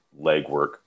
legwork